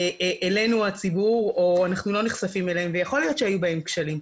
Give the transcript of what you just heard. אלינו הציבור או שאנחנו לא נחשפים אליהם ויכול להיות שהיו בהם כשלים.